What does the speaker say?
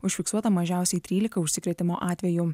užfiksuota mažiausiai trylika užsikrėtimo atvejų